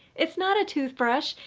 it's not a toothbrush,